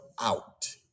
out